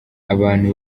abantu